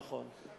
נכון.